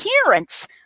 appearance